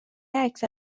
اکثر